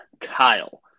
Kyle